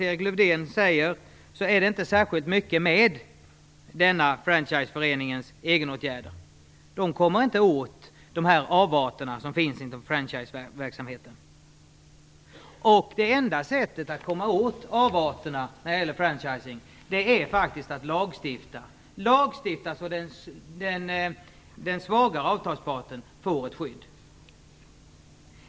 Erik Lövdén säger är det inte särskilt mycket med denna franchiseförenings egenåtgärder. De kommer inte åt de avarter som finns inom franchiseverksamheten. Det enda sättet att komma åt avarterna när det gäller franchising är att lagstifta så att den svagare avtalsparten får ett skydd.